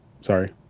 Sorry